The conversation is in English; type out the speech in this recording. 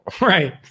Right